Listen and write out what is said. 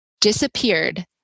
disappeared